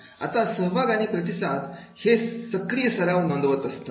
आता सहभाग आणि प्रतिसाद हे सक्रिय सराव नोंदवत असतात